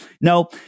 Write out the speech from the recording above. No